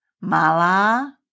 Mala